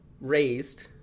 raised